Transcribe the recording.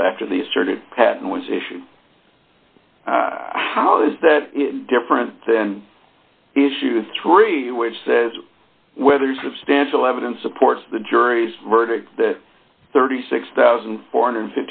old after the asserted patent was issued i how is that different than issue three which says whether substantial evidence supports the jury's verdict that thirty six thousand four hundred and